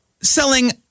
selling